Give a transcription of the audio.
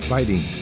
Fighting